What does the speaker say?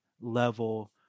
level